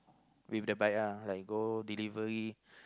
with the bike ah like go delivery